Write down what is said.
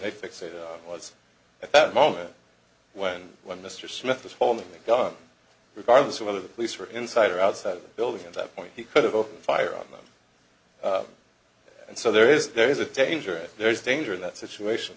they fixate was at that moment when when mr smith was holding the gun regardless of whether the police were inside or outside of the building at that point he could have opened fire on them and so there is there is a danger if there is danger in that situation